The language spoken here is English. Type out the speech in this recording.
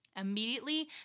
Immediately